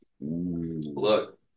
Look